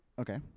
Okay